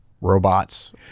robots